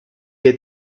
had